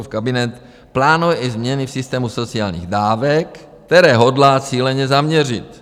Fialův kabinet plánuje i změny v systému sociálních dávek, které hodlá cíleně zaměřit.